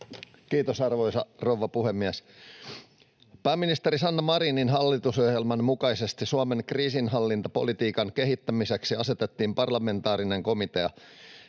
Kiitos, arvoisa rouva puhemies! Pääministeri Sanna Marinin hallitusohjelman mukaisesti Suomen kriisinhallintapolitiikan kehittämiseksi asetettiin parlamentaarinen komitea,